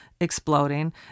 exploding